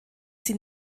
sie